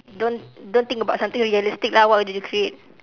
don't don't think about something realistic lah what would you create